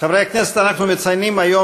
הצעות לסדר-היום